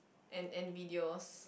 and and videos